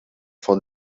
von